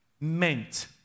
meant